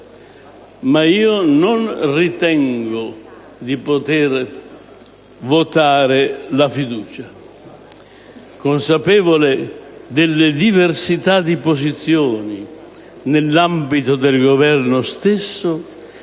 ed io non ritengo di poter votare la fiducia. Consapevole delle diversità di posizioni nell'ambito del Governo stesso,